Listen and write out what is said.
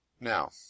Now